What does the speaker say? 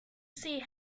see